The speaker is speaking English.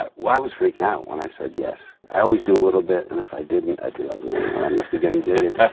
well i was freaking out when i said yes. i always do a little bit and if i didn't, i'd be like, i must be getting jaded.